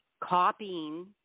copying